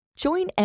Join